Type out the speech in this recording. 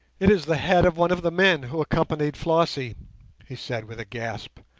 it is the head of one of the men who accompanied flossie he said with a gasp.